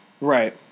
Right